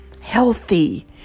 healthy